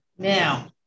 Now